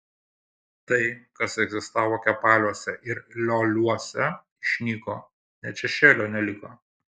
tai kas egzistavo kepaliuose ir lioliuose išnyko net šešėlio neliko